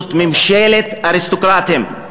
זאת ממשלת אריסטוקרטים.